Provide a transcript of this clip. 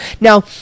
now